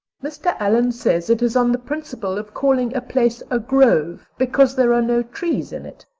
mr. allan says it is on the principle of calling a place a grove because there are no trees in it,